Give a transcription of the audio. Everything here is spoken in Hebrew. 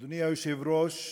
אדוני היושב-ראש,